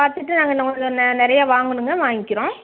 பார்த்துட்டு நாங்கள் இன்னும் கொஞ்சம் நெ நிறையா வாங்கணுங்க வாங்கிக்கிறேன்